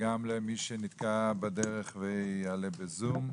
וגם למי שיעלה ב-זום.